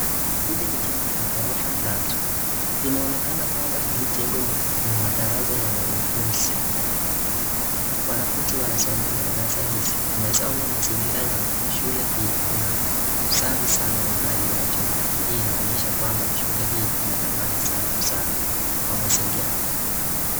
Hili ni jengo la gorofa tatu. Inaonekana kwamba hili jengo ni madarasa ya wanafunzi. Wanafunzi wanasomea madarasa hizi. Tunaeza ona mazingira ya shule hii kuna usafi sana wa hali ya juu, hii inaonyesha kwamba shule hii inadhamini sana usafi wa mazingira.